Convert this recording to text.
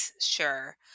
Sure